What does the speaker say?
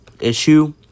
issue